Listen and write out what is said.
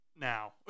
now